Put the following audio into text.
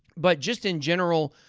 but just in general,